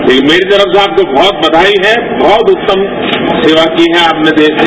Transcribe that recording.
तो ये मेरी तरफ से आपको बहुत बधाई है बहुत उत्तम सेवा की है आपने देश की